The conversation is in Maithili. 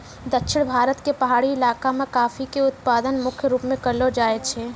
दक्षिण भारत के पहाड़ी इलाका मॅ कॉफी के उत्पादन मुख्य रूप स करलो जाय छै